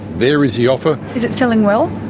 there is the offer. is it selling well?